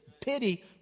pity